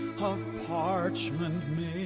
parchment